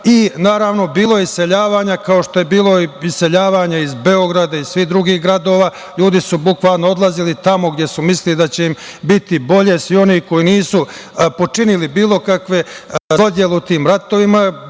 i naravno, bilo je iseljavanja, kao što je bilo i iseljavanja iz Beograda i svih drugih gradova. Ljudi su bukvalno odlazili tamo gde su mislili da će im biti bolje. Svi oni koji nisu počinili bilo kakva zlodela u tim ratovima